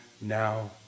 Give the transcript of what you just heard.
now